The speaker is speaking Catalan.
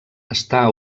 està